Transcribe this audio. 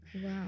Wow